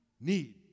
need